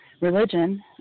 religion